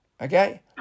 okay